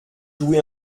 jouez